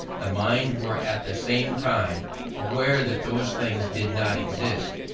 the mind were at the same time aware that those things did not exist,